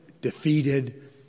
defeated